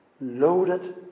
Loaded